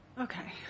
Okay